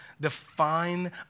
define